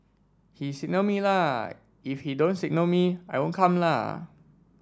he signal me la if he don't signal me I won't come la